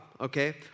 okay